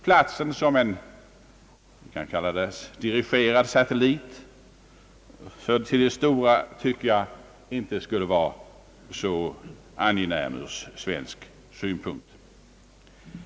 Platsen som en dirigerad satellit till de stora skulle, tycker jag, inte vara så angenäm ur svensk synpunkt.